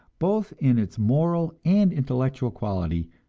both in its moral and intellectual quality,